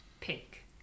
pink